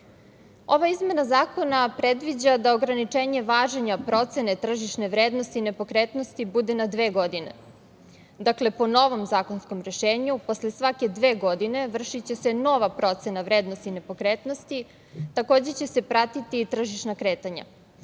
izmena zakona predviđa da ograničenje važenja procene tržišne vrednosti nepokretnosti bude na dve godine. Dakle, po novom zakonskom rešenju posle svake dve godine vršiće se nova procena vrednosti nepokretnosti. Takođe će se pratiti i tržišna kretanja,